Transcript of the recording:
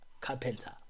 carpenter